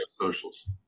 socials